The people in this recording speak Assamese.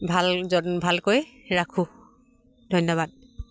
ভাল ভালকৈ ৰাখোঁ ধন্যবাদ